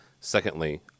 secondly